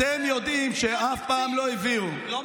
אתם יודעים שאף פעם לא הביאו, אני מחפש.